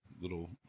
little